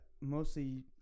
mostly